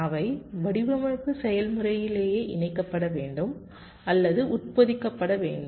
அவை வடிவமைப்பு செயல்முறையிலேயே இணைக்கப்பட வேண்டும் அல்லது உட்பொதிக்கப்பட வேண்டும்